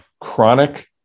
chronic